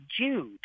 Jude